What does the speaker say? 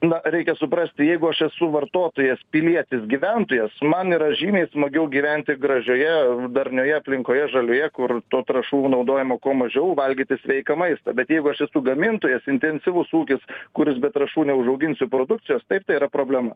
na reikia suprasti jeigu aš esu vartotojas pilietis gyventojas man yra žymiai smagiau gyventi gražioje darnioje aplinkoje žalioje kur to trąšų naudojimo kuo mažiau valgyti sveiką maistą bet jeigu aš esu gamintojas intensyvus ūkis kuris be trąšų neužauginsiu produkcijos taip tai yra problema